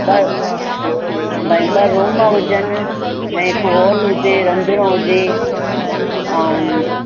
ॿ भई ॿ रूम हुजनि ऐं हिकु हॉल हुजे रंधिणो हुजे ऐं